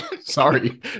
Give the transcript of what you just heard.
Sorry